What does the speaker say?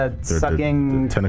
sucking